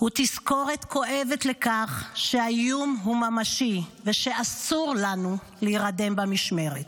הוא תזכורת כואבת לכך שהאיום הוא ממשי ושאסור לנו להירדם במשמרת.